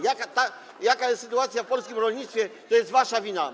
Jaka jest sytuacja w polskim rolnictwie, to jest wasza wina.